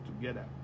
together